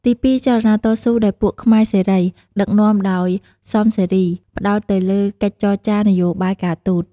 ទី២ ចលនាតស៊ូ ដោយពួកខ្មែរសេរី ដឹកនាំដោយ សមសារី ផ្ដោតទៅលើកិច្ចចរចារនយោបាយការទូត ។